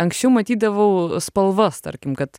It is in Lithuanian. anksčiau matydavau spalvas tarkim kad